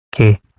okay